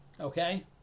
okay